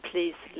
Please